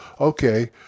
Okay